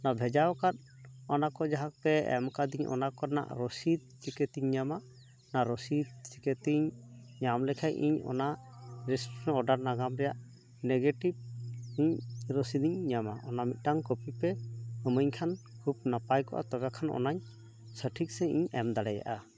ᱚᱱᱟ ᱵᱷᱮᱡᱟᱣᱟᱠᱟᱫ ᱚᱱᱟ ᱠᱚ ᱡᱟᱦᱟᱸ ᱠᱚᱯᱮ ᱮᱢ ᱟᱠᱟᱹᱫᱤᱧ ᱚᱱᱟ ᱠᱚ ᱨᱮᱱᱟᱜ ᱨᱚᱥᱤᱫ ᱪᱤᱠᱟᱹᱛᱤᱧ ᱧᱟᱢᱟ ᱚᱱᱟ ᱨᱚᱥᱤᱫ ᱪᱤᱠᱟᱹᱛᱤᱧ ᱧᱟᱢ ᱞᱮᱠᱷᱟᱱ ᱤᱧ ᱚᱱᱟ ᱨᱮᱡᱤᱥᱴᱨᱮᱥᱚᱱ ᱚᱰᱟᱨ ᱱᱟᱜᱟᱢ ᱨᱮᱭᱟᱜ ᱱᱮᱜᱮᱴᱤᱵ ᱤᱧ ᱨᱚᱥᱤᱫᱤᱧ ᱧᱟᱢᱟ ᱚᱱᱟ ᱢᱤᱫᱴᱟᱝ ᱠᱚᱯᱤ ᱯᱮ ᱮᱢᱟᱹᱧ ᱠᱷᱟᱱ ᱠᱷᱩᱵ ᱱᱟᱯᱟᱭ ᱠᱚᱜᱼᱟ ᱛᱚᱵᱮ ᱠᱷᱟᱱ ᱚᱱᱟᱧ ᱥᱚᱴᱷᱤᱠ ᱥᱟᱺᱦᱤᱡ ᱤᱧ ᱮᱢ ᱫᱟᱲᱮᱭᱟᱜᱼᱟ ᱡᱚᱦᱟᱨ ᱜᱮ ᱜᱚᱢᱠᱮ